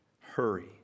hurry